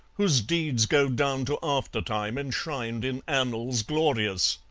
whose deeds go down to after-time, enshrined in annals glorious!